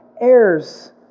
heirs